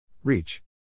Reach